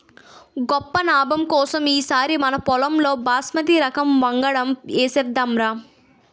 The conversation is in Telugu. గొప్ప నాబం కోసం ఈ సారి మనపొలంలో బాస్మతి రకం వంగడం ఏసేద్దాంరా